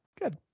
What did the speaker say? Good